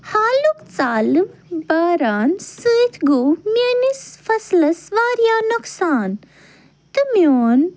حالُک ژالہٕ باران سۭتۍ گوٚو میٛٲنِس فصلَس واریاہ نۄقصان تہٕ میٛون